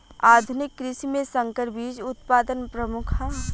आधुनिक कृषि में संकर बीज उत्पादन प्रमुख ह